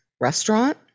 restaurant